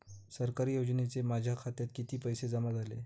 सरकारी योजनेचे माझ्या खात्यात किती पैसे जमा झाले?